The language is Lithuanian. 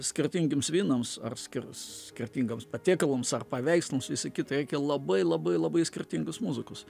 skirtingiems vynams ar skir skirtingams patiekalams ar paveikslams visa kita reikia labai labai labai skirtingos muzikos